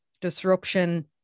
disruption